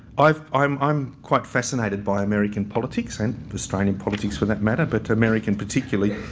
i've i'm i'm quite fascinated by american politics and australian politics for that matter, but american particularly.